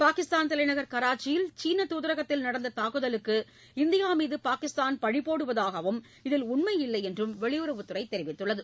பாகிஸ்தான் தலைநகர் கராச்சியில் சீன துதரகத்தில் நடந்த தாக்குதலுக்கு இந்தியா மீது பாகிஸ்தான் பழிப்போடுவதாகவும் இதில் உண்மையில்லை என்றும் வெளியுறவுத்துறை தெரிவித்துள்ளது